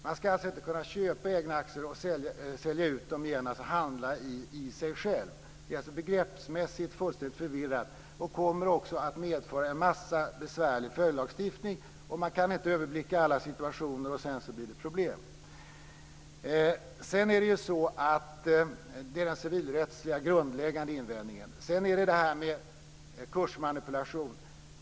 Man ska inte kunna köpa egna aktier och sälja ut dem igen, alltså handla i sig själv. Det är begreppsmässigt fullständigt förvirrat och kommer också att medföra en mängd besvärlig följdlagstiftning. Man kan inte överblicka alla situationer, och sedan blir det problem. Det är den civilrättsliga, grundläggande invändningen. Sedan har vi kursmanipulationen.